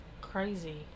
crazy